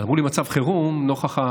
אמרו לי מצב חירום נוכח,